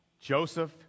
Joseph